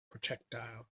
projectile